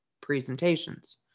presentations